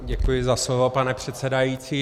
Děkuji za slovo, pane předsedající.